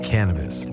Cannabis